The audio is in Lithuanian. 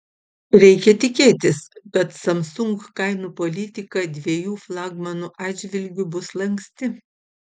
reikia tikėtis kad samsung kainų politika dviejų flagmanų atžvilgiu bus lanksti